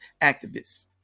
activists